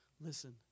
Listen